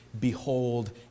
behold